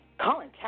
Colin